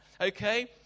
okay